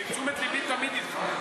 תשומת ליבי תמיד איתך.